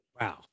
Wow